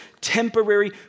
temporary